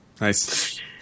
Nice